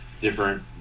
different